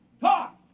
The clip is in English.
Talk